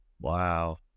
Wow